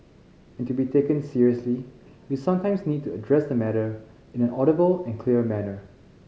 and to be taken seriously we sometimes need to address the matter in an audible and clear manner